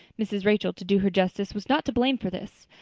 mrs. rachel, to do her justice, was not to blame for this.